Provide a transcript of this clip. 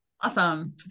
Awesome